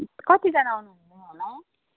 कतिजना आउनुहुन्छ होला